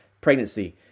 pregnancy